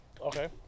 Okay